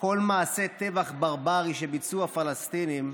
כל מעשה טבח ברברי שביצעו הפלסטינים,